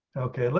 okay, let's.